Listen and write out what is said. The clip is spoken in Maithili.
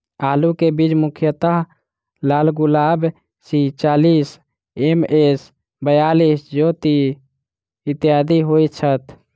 आलु केँ बीज मुख्यतः लालगुलाब, सी चालीस, एम.एस बयालिस, ज्योति, इत्यादि होए छैथ?